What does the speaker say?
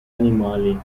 animali